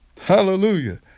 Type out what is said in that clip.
Hallelujah